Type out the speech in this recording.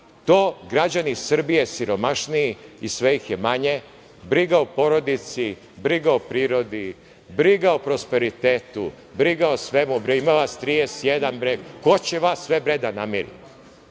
to građani Srbije siromašniji i sve ih je manje. Briga o porodici, briga o prirodi, briga o prosperitetu, briga o svemu, bre ima vas 31, ko će vas sve bre da namiri,